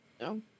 No